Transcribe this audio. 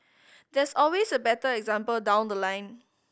there's always a better example down the line